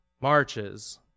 marches